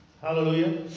Hallelujah